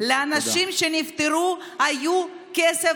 לאנשים שנפטרו היה כסף